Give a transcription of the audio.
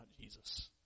Jesus